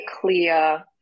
clear